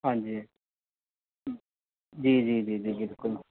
ਹਾਂਜੀ ਜੀ ਜੀ ਜੀ ਜੀ ਜੀ ਜੀ ਬਿਲਕੁਲ